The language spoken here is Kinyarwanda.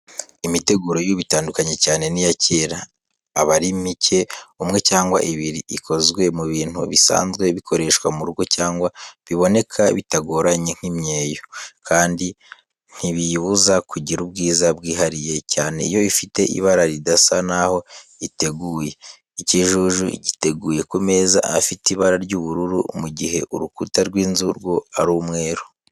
Imiteguro y'ubu itandukanye cyane n'iya kera, aba ari mike, umwe cyangwa ibiri, ikozwe mu bintu bisanzwe bikoreshwa mu rugo cyangwa biboneka bitagoranye nk'imyeyo, kandi ntibiyibuze kugira ubwiza bwihariye, cyane iyo ifite ibara ridasa n'aho iteguye. Ikijuju giteguye ku meza afite ibara ry'ubururu, mu gihe urukuta rw'inzu rwo ari umweru.